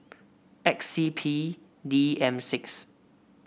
X C P D M six